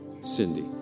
Cindy